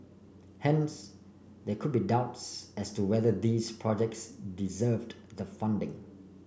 hence there could be doubts as to whether these projects deserved the funding